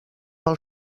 del